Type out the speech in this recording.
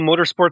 motorsports